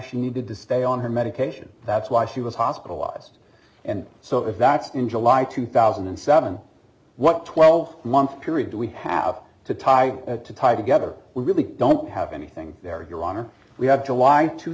she needed to stay on her medication that's why she was hospitalized and so if that's in july two thousand and seven what twelve month period do we have to tie to tie together we really don't have anything there your honor we have july two